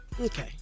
Okay